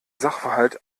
sachverhalt